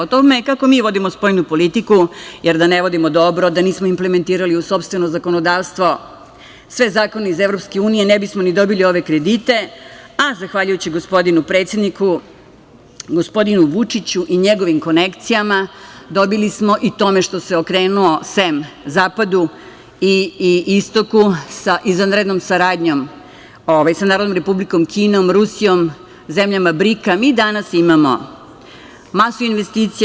O tome kako mi vodimo spoljnu politiku, jer da ne vodimo dobro, da nismo implementirali u sopstveno zakonodavstvo sve zakone iz EU ne bismo ni dobili ove kredite, a zahvaljujući gospodinu predsedniku, gospodinu Vučiću i njegovim konekcijama i tome što se okrenuo sem zapadu i istoku, sa izvanrednom saradnjom sa Narodnom Republikom Kinom, Rusijom, zemljama BRIK-a, mi danas imamo masu investicija.